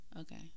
Okay